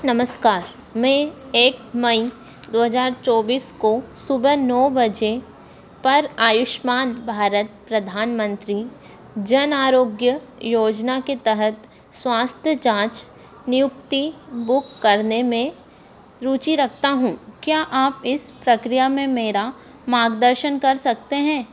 नमस्कार में एक मई दो हजार चौबीस को सुबह नौ बजे पर आयुष्मान भारत प्रधानमंत्री जन आरोग्य योजना के तहत स्वास्थ्य जाँच नियुक्ति बुक करने में रुचि रखता हूँ क्या आप इस प्रक्रिया में मेरा मार्गदर्शन कर सकते हैं